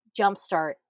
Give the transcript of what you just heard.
jumpstart